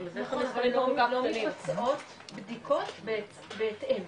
--- נכון אבל לא מתבצעות בדיקות בהתאם.